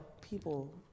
people